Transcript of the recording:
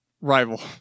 Rival